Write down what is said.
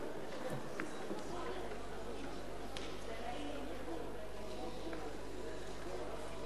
האם זה יהיה דומה להצבעה שבין פרס לקצב בשנת 2000?